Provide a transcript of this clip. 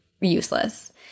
useless